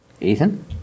Ethan